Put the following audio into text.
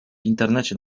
internecie